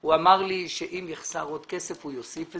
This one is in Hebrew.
הוא אמר לי שאם יחסר עוד כסף, הוא יוסיף.